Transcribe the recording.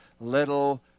little